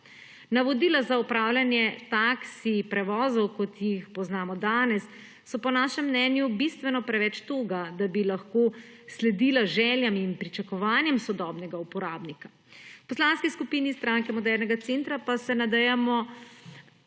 Navodila za opravljanje taksi prevozov kot jih poznamo danes, so po našem mnenju bistveno preveč toga, da bi lahko sledila željam in pričakovanjem sodobnega uporabnika. V Poslanski skupini SMC pa se nadejamo